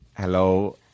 Hello